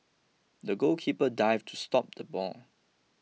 the goalkeeper dived to stop the ball